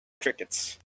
crickets